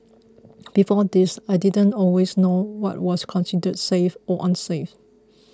before this I didn't always know what was considered safe or unsafe